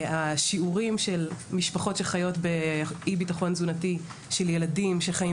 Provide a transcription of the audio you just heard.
השיעורים של משפחות שחיות באי בטחון תזונתי של ילדים שחיים